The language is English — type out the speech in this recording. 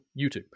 YouTube